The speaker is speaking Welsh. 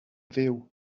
fyw